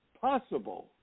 possible